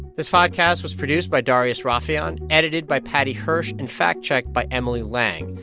this podcast was produced by darius rafieyan, edited by paddy hirsch and fact-checked by emily lang.